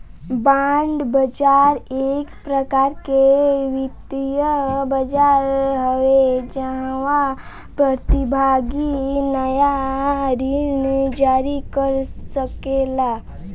bond बाजार एक प्रकार के वित्तीय बाजार हवे जाहवा प्रतिभागी नाया ऋण जारी कर सकेला